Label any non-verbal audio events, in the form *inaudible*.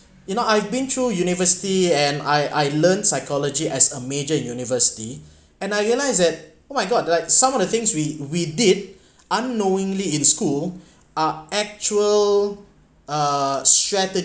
you know I've been through university and I I learned psychology as a major in university *breath* and I realise that oh my god like some of the things we we did unknowingly in school are actual uh